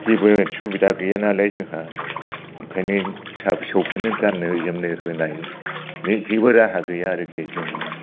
जेबो सुबिदा गैया नालाय जोंहा ओंखायनो फिसा फिसौफोरनो गान्नो जोमनो होनायनि जेबो राहा गैया आरोखि जोङो